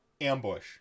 Ambush